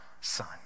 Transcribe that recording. Son